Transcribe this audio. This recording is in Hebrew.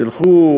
תלכו